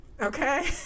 Okay